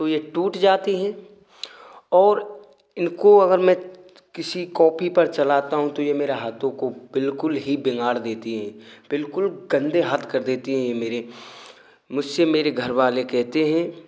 तो यह टूट जाती हें और इनको अगर मैं किसी कॉपी पर चलाता हूँ तो यह मेरे हाथों को बिल्कुल ही बिगाड़ देती हैं बिल्कुल गंदे हाथ कर देती हैं यह मेरे मुझसे मेरे घरवाले कहते हैं